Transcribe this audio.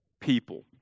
people